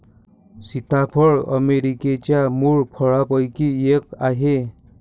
सीताफळ अमेरिकेच्या मूळ फळांपैकी एक आहे